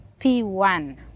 P1